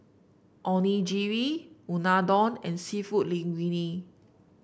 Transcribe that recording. Onigiri Unadon and seafood Linguine